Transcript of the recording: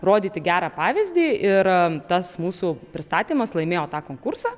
rodyti gerą pavyzdį ir tas mūsų pristatymas laimėjo tą konkursą